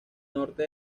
norte